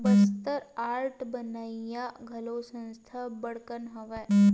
Bastar art बनइया घलो संस्था अब्बड़ कन हवय